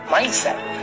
Mindset